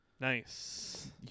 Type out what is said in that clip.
Nice